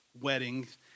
weddings